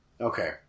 Okay